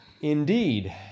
Indeed